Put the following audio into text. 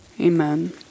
Amen